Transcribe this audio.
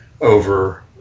over